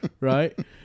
right